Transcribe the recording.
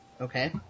Okay